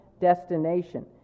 destination